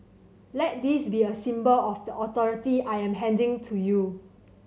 let this be a symbol of the authority I am handing to you